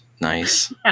nice